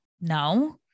No